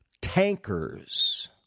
tankers